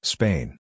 Spain